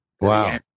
Wow